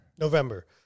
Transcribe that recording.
November